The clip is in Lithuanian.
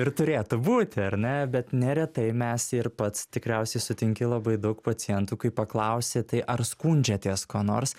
ir turėtų būti ar ne bet neretai mes ir pats tikriausiai sutinki labai daug pacientų kai paklausi tai ar skundžiatės kuo nors